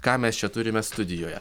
ką mes čia turime studijoje